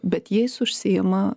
bet jais užsiima